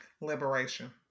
Liberation